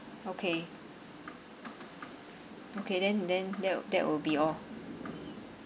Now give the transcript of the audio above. okay okay then then that that will be all